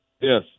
Yes